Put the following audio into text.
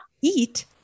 eat